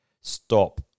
Stop